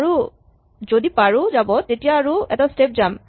আৰু যদি পাৰো যাব তেতিয়া আৰু এটা স্টেপ যাম